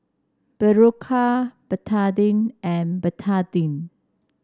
Berocca Betadine and Betadine